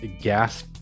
gas